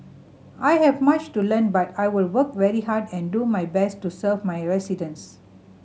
I have much to learn but I will work very hard and do my best to serve my residents